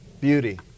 Beauty